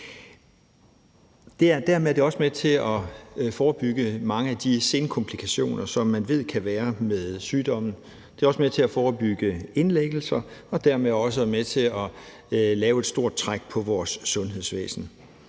bedre. Det er også med til at forebygge mange af de senkomplikationer, som man ved, der kan være ved sygdommen. Det er også med til at forebygge indlæggelser og dermed også til, at der laves et mindre stort træk på vores sundhedsvæsen.